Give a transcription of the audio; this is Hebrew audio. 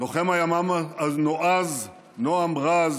לוחם הימ"מ הנועז נועם רז,